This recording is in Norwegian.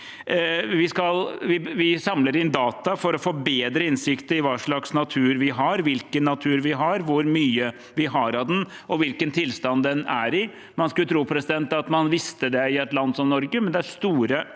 Vi samler inn data for å få bedre innsikt i hva slags natur vi har, hvilken natur vi har, hvor mye vi har av den, og hvilken tilstand den er i. Man skulle tro at man visste det i et land som Norge, men det er store